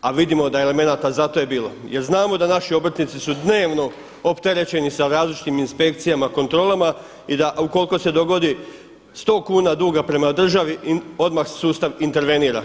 a vidimo da elemenata za to je bilo jel znamo da naši obrtnici su dnevno opterećeni sa različitim inspekcijama kontrolama i da ukoliko se dogodi sto kuna duga prema državi odmah sustav intervenira.